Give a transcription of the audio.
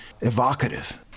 evocative